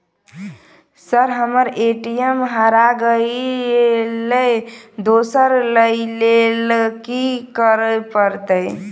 Sir हम्मर ATM हरा गइलए दोसर लईलैल की करऽ परतै?